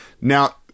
Now